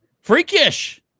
Freakish